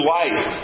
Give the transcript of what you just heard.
life